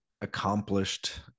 accomplished